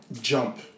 jump